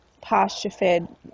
pasture-fed